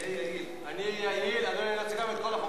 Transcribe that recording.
אני מתכבד להביא